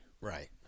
Right